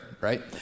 right